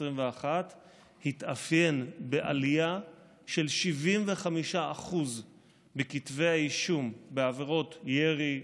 התאפיין בעלייה של 75% בכתבי האישום בעבירות ירי,